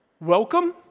welcome